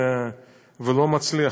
ולא מצליח,